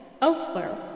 elsewhere